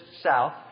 south